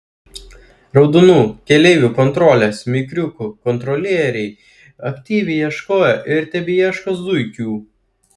raudonų keleivių kontrolės mikriukų kontrolieriai aktyviai ieškojo ir tebeieško zuikių